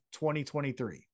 2023